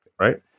right